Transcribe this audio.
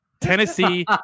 Tennessee